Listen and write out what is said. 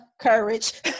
courage